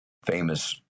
famous